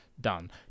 done